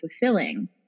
fulfilling